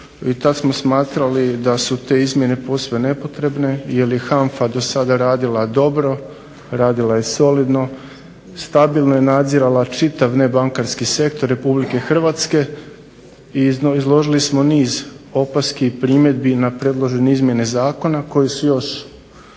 i tada smo smatrali da su te izmjene posve nepotrebne jer je HANFA do sada radila dobro, solidno, stabilno je nadzirala čitav nebankarski sektor Republike Hrvatske izložili smo niz opaski i primjedbi na predložene izmjene Zakona koje su još